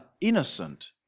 innocent